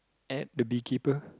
at the bee keeper